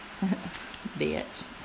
Bitch